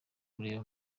kureba